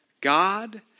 God